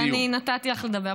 אני נתתי לך לדבר.